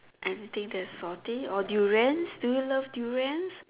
anything that is salty or durians do you love durians